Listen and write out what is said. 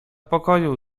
pokoju